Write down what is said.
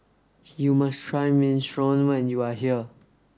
you must try Minestrone when you are here